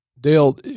Dale